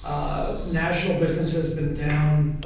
ah national business has been down